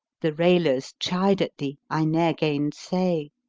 the railers chide at thee i ne'er gainsay,